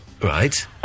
Right